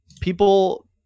People